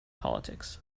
politics